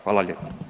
Hvala lijepa.